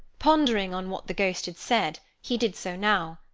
pondering on what the ghost had said, he did so now,